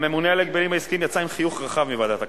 הממונה על ההגבלים העסקיים יצא עם חיוך רחב מוועדת הכלכלה.